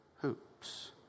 hoops